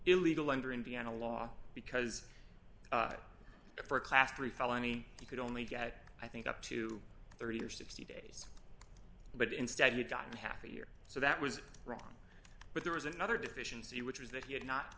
illegal under indiana law because for a class three felony you could only get i think up to thirty or sixty days but instead you got half a year so that was wrong but there was another deficiency which was that he had not